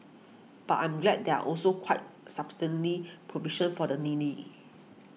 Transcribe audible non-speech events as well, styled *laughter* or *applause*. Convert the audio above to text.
but I'm glad there are also quite *unintelligible* provisions for the needy